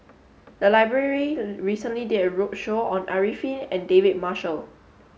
the library recently did a roadshow on Arifin and David Marshall